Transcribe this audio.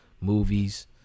movies